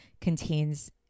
contains